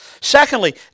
Secondly